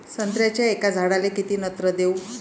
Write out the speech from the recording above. संत्र्याच्या एका झाडाले किती नत्र देऊ?